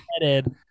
headed